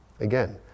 Again